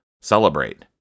celebrate